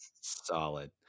Solid